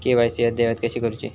KYC अद्ययावत कशी करुची?